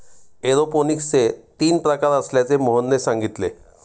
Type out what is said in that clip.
एरोपोनिक्सचे तीन प्रकार असल्याचे मोहनने सांगितले